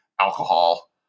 alcohol